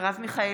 מרב מיכאלי,